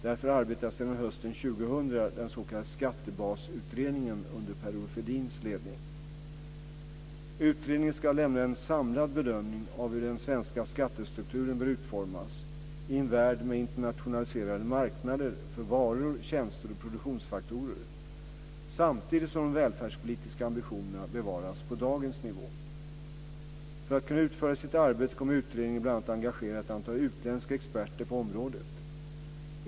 Därför arbetar sedan hösten 2000 den s.k. Skattebasutredningen under Per Utredningen ska lämna en samlad bedömning av hur den svenska skattestrukturen bör utformas i en värld med internationaliserade marknader för varor, tjänster och produktionsfaktorer samtidigt som de välfärdspolitiska ambitionerna bevaras på dagens nivå. För att kunna utföra sitt arbete kommer utredningen bl.a. att engagera ett antal utländska experter på området.